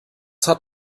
hat